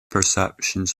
perceptions